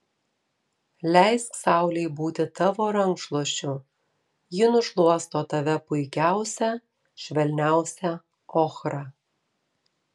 leisk saulei būti tavo rankšluosčiu ji nušluosto tave puikiausia švelniausia ochra